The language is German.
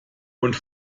und